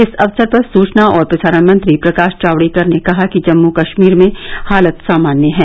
इस अवसर पर सचना और प्रसारण मंत्री प्रकाश जावडेकर ने कहा कि जम्म कश्मीर में हालात सामान्य है